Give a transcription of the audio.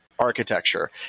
architecture